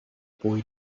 boy